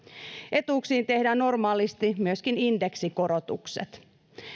etuuksiin myöskin tehdään normaalisti indeksikorotukset